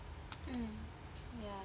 mm ya